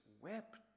wept